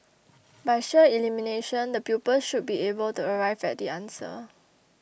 by sheer elimination the pupils should be able to arrive at the answer